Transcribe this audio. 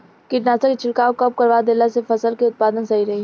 कीटनाशक के छिड़काव कब करवा देला से फसल के उत्पादन सही रही?